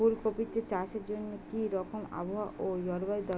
ফুল কপিতে চাষের জন্য কি রকম আবহাওয়া ও জলবায়ু দরকার?